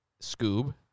Scoob